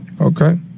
Okay